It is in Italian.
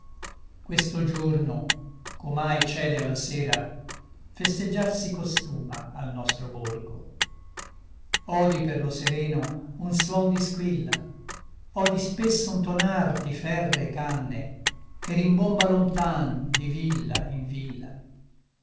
questo giorno ch'omai cede alla sera festeggiar si costuma al nostro borgo odi per lo sereno un suon di squilla odi spesso un tonar di ferree canne che rimbomba lontan di villa in villa